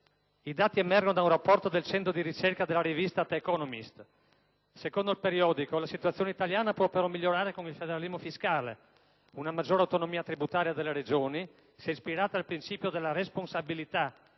I dati emergono da un rapporto del centro di ricerca della rivista «The Economist»; secondo il periodico, la situazione italiana può però migliorare con il federalismo fiscale: una maggiore autonomia tributaria delle Regioni, se ispirata al principio della responsabilità,